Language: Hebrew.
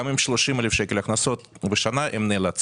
או עם 30,000 ₪ בשנה, הם נאלצים